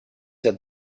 had